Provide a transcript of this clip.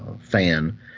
fan